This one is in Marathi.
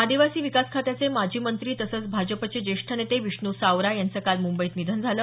आदिवासी विकास खात्याचे माजी मंत्री तसंच भाजपचे ज्येष्ठ नेते विष्णू सावरा यांचं काल मुंबईत निधन झालं